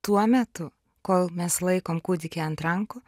tuo metu kol mes laikom kūdikį ant rankų